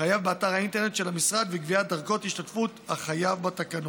חייב באתר האינטרנט של המשרד וקביעת דרגות ההשתתפות של החייב בתקנון.